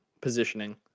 positioning